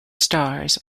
stars